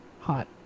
hot